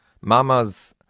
mama's